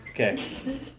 Okay